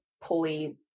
pulley